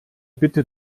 bitte